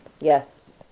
Yes